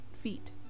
feet